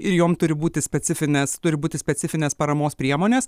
ir jom turi būti specifinės turi būti specifinės paramos priemonės